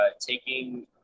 taking